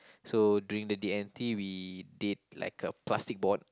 so during the D and T we did like a plastic board